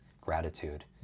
gratitude